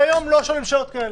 כי היום לא שואלים שאלות כאלה.